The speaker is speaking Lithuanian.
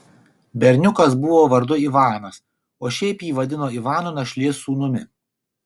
berniukas buvo vardu ivanas o šiaip jį vadino ivanu našlės sūnumi